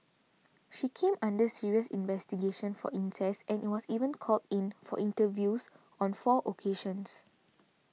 she came under serious investigation for incest and was even called in for interviews on four occasions